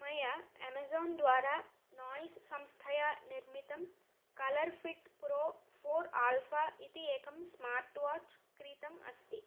मया एमेज़ोन् द्वारा नौस् संस्थया निर्मितं color fit pro four alpha इति एकं स्मार्ट् वाच् क्रीतम् अस्ति